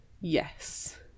yes